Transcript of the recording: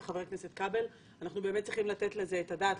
וחבר הכנסת כבל שאנחנו כן צריכים לתת על זה את הדעת,